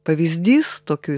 pavyzdys tokių